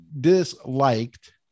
disliked